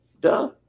Duh